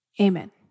Amen